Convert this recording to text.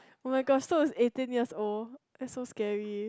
oh-my-gosh so it's eighteen years old that's so scary